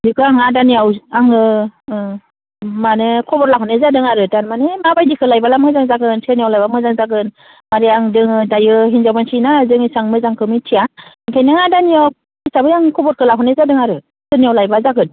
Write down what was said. बेखो आं आदानियाव आङो माने खबर लाहरनाय जादों आरो थारमाने माबायदिखो लायबोला मोजां जागोन सोरनियाव लायब्ला मोजां जागोन आरो आं जोङो दायो हिनजाव मानसिना जों इसां मोजांखो मिथिया ओमफ्राय नों आदानियाव हिसाबै आं खबरखौ लाहरनाय जादों आरो सोरनियाव लायब्ला जागोन